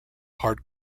hard